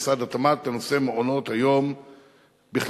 משרד התמ"ת לנושא מעונות-היום בכללותו.